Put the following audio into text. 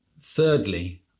Thirdly